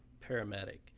paramedic